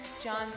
John